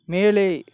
மேலே